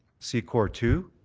c-core two,